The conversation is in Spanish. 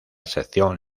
sección